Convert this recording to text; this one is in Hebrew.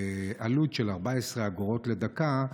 בעלות של 14 אגורות לדקה,